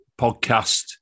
podcast